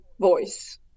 voice